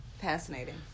Fascinating